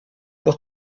pour